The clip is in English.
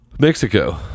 Mexico